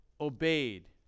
obeyed